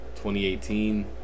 2018